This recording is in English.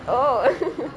oh